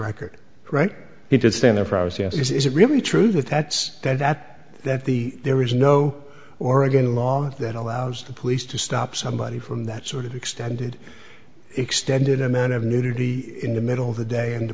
record right he did stand there for hours yes is it really true that that's that that that the there is no oregon law that allows the police to stop somebody from that sort of extended extended amount of nudity in the middle of the day in the